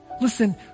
Listen